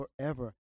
forever